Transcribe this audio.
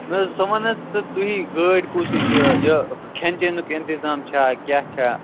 نہٕ حظ ژٕ وَن حظ تہٕ تُہی گٲڑ کُس ہِش چھِ یہِ کھیٚن چیٚنُک انتظام چھا کیٛاہ چھا